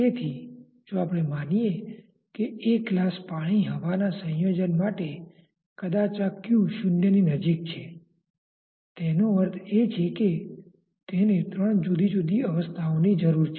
તેથી જો આપણે માનીએ કે એક ગ્લાસ પાણી હવાના સંયોજન માટે કદાચ આ q શૂન્યની નજીક છે તેનો અર્થ એ છે કે તેને ત્રણ જુદી જુદી અવસ્થાઓની જરૂર છે